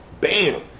Bam